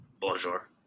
Bonjour